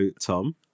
Tom